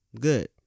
Good